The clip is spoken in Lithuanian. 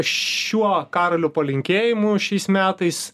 šiuo karolio palinkėjimu šiais metais